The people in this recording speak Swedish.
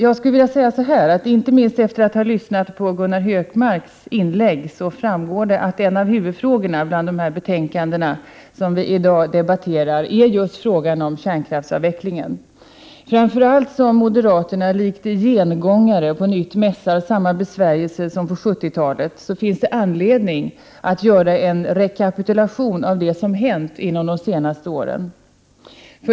Jag skulle vilja säga att det inte minst av Gunnar Hökmarks inlägg framgår att en av huvudfrågorna i de betänkanden som vi i dag debatterar är just frågan om kärnkraftsavvecklingen. Framför allt som moderaterna likt gengångare på nytt mässar samma besvärjelser som på 70-talet finns det anledning att göra en rekapitulation av det som hänt under de senaste åren.